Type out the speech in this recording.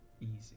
easy